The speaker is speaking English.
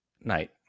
night